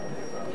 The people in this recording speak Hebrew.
התשע"א 2011,